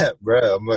Bro